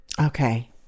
Okay